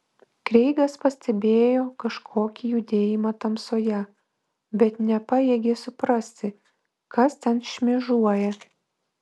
kreigas pastebėjo kažkokį judėjimą tamsoje bet nepajėgė suprasti kas ten šmėžuoja